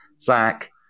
Zach